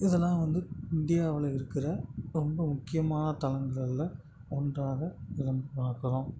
இதெல்லாம் வந்து இந்தியாவில் இருக்கிற ரொம்ப முக்கியமான தலங்களில் ஒன்றாக இதை பார்க்குறோம்